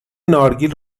نارگیل